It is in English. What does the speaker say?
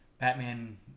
Batman